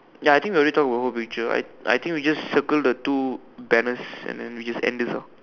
ya I think we already talk about whole picture I I think we just circle the two banners and then we just end this ah